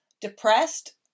depressed